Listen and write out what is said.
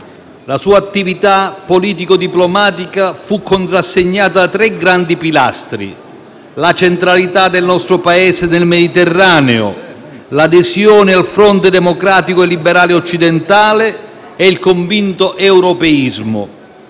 la sua attività politico‑diplomatica, che fu contrassegnata da tre grande pilastri: la centralità del nostro Paese nel Mediterraneo, l'adesione al fronte democratico e liberale occidentale e il convinto europeismo.